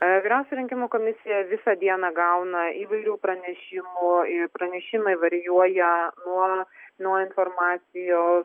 vyriausia rinkimų komisija visą dieną gauna įvairių pranešimų pranešimai varijuoja nuo nuo informacijos